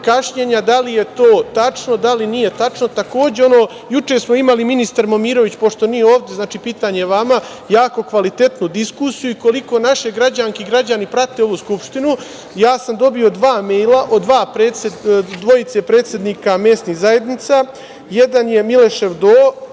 Da li je to tačno, da li nije tačno? Juče smo, ministar Momirović, pošto nije ovde, pitanje je vama, jako kvalitetnu diskusiju, koliko naše građanke i građani prate ovu Skupštinu, ja sam dobio dva mejla od dvojice predsednika mesnih zajednica, jedan je Milošev Do,